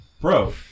bro